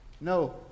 No